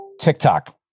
TikTok